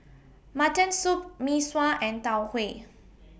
Mutton Soup Mee Sua and Tau Huay